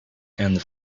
and